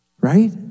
Right